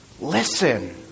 listen